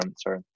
sorry